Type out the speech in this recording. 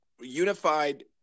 unified